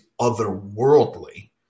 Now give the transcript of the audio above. otherworldly